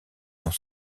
dans